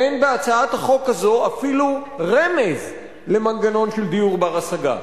אין בהצעת החוק הזו אפילו רמז למנגנון של דיור בר-השגה.